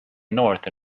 north